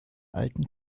alten